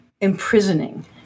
imprisoning